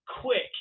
quick